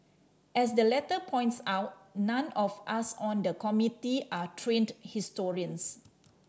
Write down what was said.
as the letter points out none of us on the Committee are trained historians